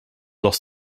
lost